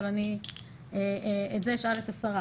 אבל את זה אני אשאל את השרה.